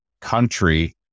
country